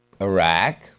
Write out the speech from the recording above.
Iraq